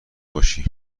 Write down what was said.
باشی